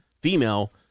female